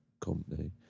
company